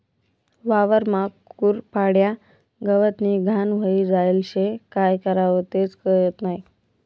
वावरमा कुरपाड्या, गवतनी घाण व्हयी जायेल शे, काय करवो तेच कयत नही?